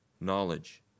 Knowledge